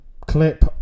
clip